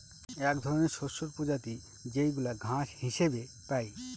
এক ধরনের শস্যের প্রজাতি যেইগুলা ঘাস হিসেবে পাই